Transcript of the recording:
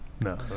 No